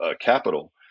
capital